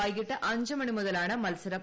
വൈകിട്ട് അഞ്ച് മണി മുതലാണ് മത്സരം